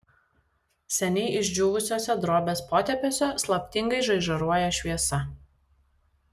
seniai išdžiūvusiuose drobės potėpiuose slaptingai žaižaruoja šviesa